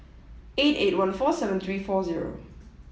eight eight one four seven three four zero